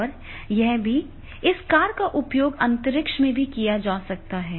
और यह भी इस कार का उपयोग अंतरिक्ष में भी किया जा सकता है